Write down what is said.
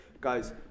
guys